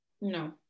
No